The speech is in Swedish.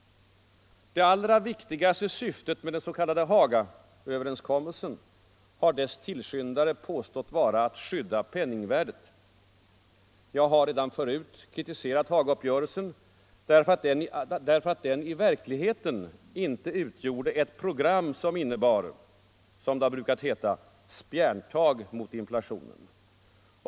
Det allra viktigaste syftet med den s.k. Hagaöverenskommelsen har dess tillskyndare påstått vara att skydda penningvärdet. Jag har redan tidigare kritiserat Hagauppgörelsen, därför att den verkligen inte utgjorde ett program som innebar — som det har brukat heta — ”spjärntag” mot inflationen.